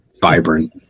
vibrant